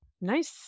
Nice